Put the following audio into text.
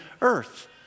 earth